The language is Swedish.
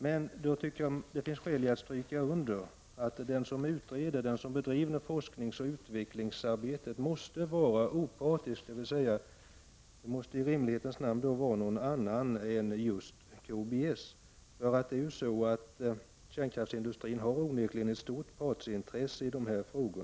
Men då finns skäl att stryka under att den som utreder, som bedriver forskningsoch utvecklingsarbete, måste vara opartisk, dvs. i rimlighetens namn någon annan än just KBS. Kärnkraftsindustrin har onekligen ett stort partsintresse i dessa frågor.